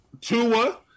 Tua